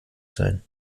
sein